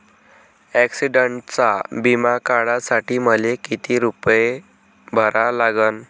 ॲक्सिडंटचा बिमा काढा साठी मले किती रूपे भरा लागन?